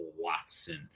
Watson